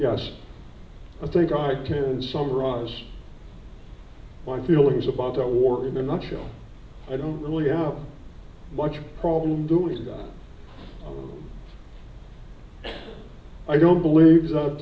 yes i think i can summarize my feelings about the war in a nutshell i don't really have much problem do is go i don't believe th